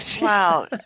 Wow